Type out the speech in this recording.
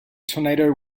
tornado